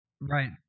right